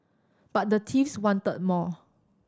but the thieves wanted more